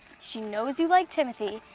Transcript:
she knows you like timothy,